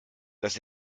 das